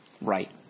Right